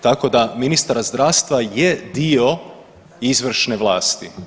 Tako da ministar zdravstva je dio izvršne vlasti.